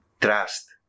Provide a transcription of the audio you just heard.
trust